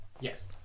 Yes